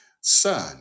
son